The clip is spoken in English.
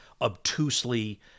obtusely